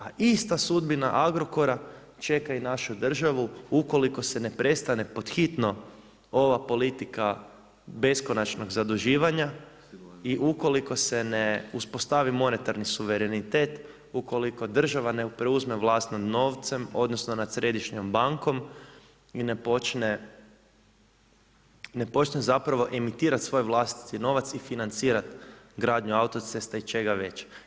A ista sudbina Agrokora čeka i našu državu ukoliko se ne prestane pod hitno ova politika beskonačnog zaduživanja i ukoliko se ne uspostavi monetarni suverenitet, ukoliko država ne preuzme vlast nad novcem, odnosno nad središnjom bankom i ne počne zapravo emitirati svoj vlastiti novac i financirati gradnju autocesta i čega već.